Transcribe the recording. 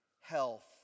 health